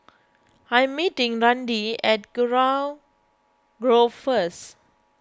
I am meeting Randi at Kurau Grove first